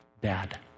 dad